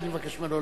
אני רק מבקש ממנו